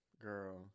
girl